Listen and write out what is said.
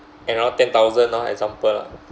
around ten thousand lor example lah